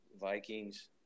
Vikings